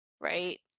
Right